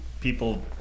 people